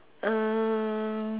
uh